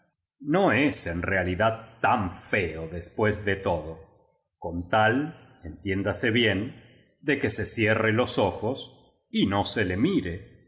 no es en realidad tan feo después de todo con tal entiéndase bien de que se cierre los ojos y no se le mire